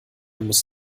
muss